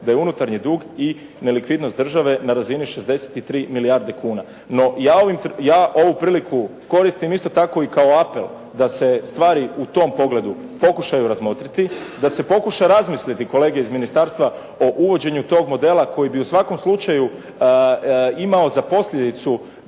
da je unutarnji dug i nelikvidnost države na razini 63 milijarde kuna. No, ja ovu priliku koristim isto tako i kao apel da se stvari u tom pogledu pokušaju razmotriti, da se pokuša razmisliti kolege iz ministarstva o uvođenju tog modela koji bi u svakom slučaju imao za posljedicu